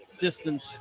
distance